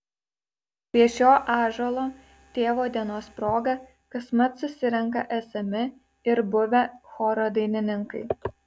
prie šio ąžuolo tėvo dienos proga kasmet susirenka esami ir buvę choro dainininkai